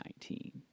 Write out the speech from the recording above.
2019